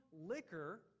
liquor